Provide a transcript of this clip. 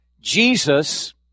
Jesus